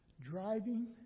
Driving